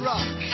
Rock